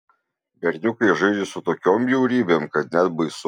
berniukai žaidžia su tokiom bjaurybėm kad net baisu